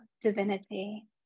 divinity